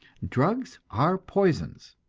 drugs are poisons,